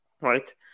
right